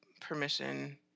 permission